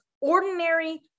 ordinary